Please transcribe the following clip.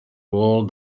ruled